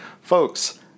Folks